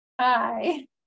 Hi